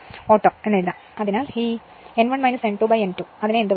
അതിനാൽ ഈ N1 N2 N2 എന്ത് വിളിക്കണം